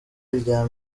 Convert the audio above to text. iya